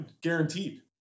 Guaranteed